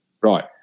Right